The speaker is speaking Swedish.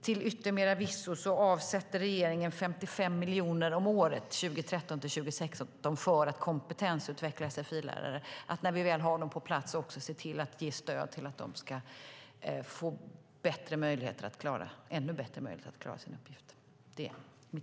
Till yttermera visso avsätter regeringen 55 miljoner om året 2013-2016 för att kompetensutveckla sfi-lärare och för att, när vi väl har dem på plats, också ge stöd för att de ska få ännu bättre möjligheter att klara sin uppgift.